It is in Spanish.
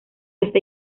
hasta